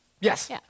Yes